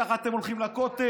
ככה אתם הולכים לכותל,